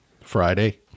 Friday